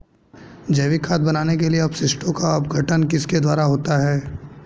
जैविक खाद बनाने के लिए अपशिष्टों का अपघटन किसके द्वारा होता है?